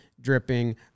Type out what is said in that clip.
dripping